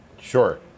Sure